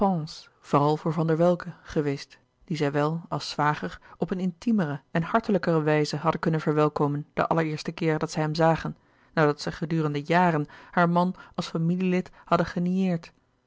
vooral voor van der welcke geweest dien zij wel als zwager op een intimere en hartelijker wijze hadden kunnen verwelkomen den allereersten keer dat zij hem zagen nadat zij gedurende jaren haar man als familielid hadden genieerd